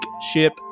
ship